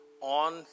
On